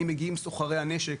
האם מגיעים סוחרי הנשק?